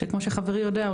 שכמו שחברי יודע,